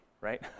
right